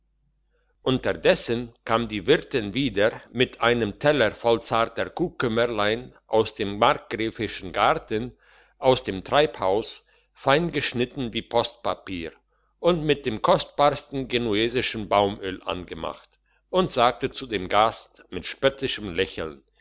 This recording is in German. unterdessen kam die wirtin wieder mit einem teller voll zarter kukümmerlein aus dem markgräfischen garten aus dem treibhaus fein geschnitten wie postpapier und mit dem kostbarsten genuesischen baumöl angemacht und sagte zu dem gast mit spöttischem lächeln